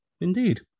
indeed